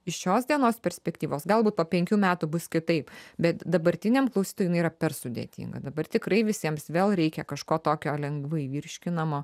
iš šios dienos perspektyvos galbūt po penkių metų bus kitaip bet dabartiniam klausytojui jinai yra per sudėtinga dabar tikrai visiems vėl reikia kažko tokio lengvai virškinamo